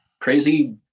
Crazy